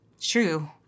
True